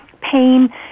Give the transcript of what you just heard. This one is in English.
pain